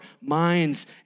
minds